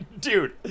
dude